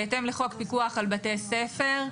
בהתאם לחוק פיקוח על בתי ספר,